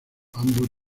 ambos